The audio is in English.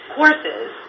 courses